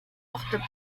portent